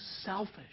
selfish